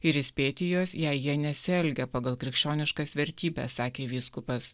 ir įspėti juos jei jie nesielgia pagal krikščioniškas vertybes sakė vyskupas